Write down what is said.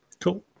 Cool